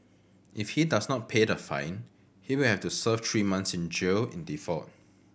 if he does not pay the fine he will have to serve three months in jail in default